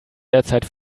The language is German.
derzeit